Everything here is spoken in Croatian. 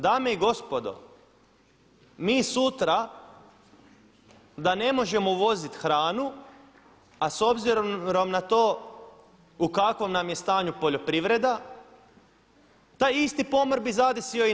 Dame i gospodo, mi sutra da ne možemo voziti hranu, a s obzirom na to u kakvom nam je stanju poljoprivreda, taj isti pomor bi zadesio i nas.